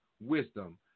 wisdom